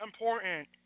important